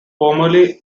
formerly